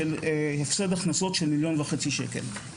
הפסד הכנסות של1.5 מיליון שקל,